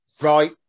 Right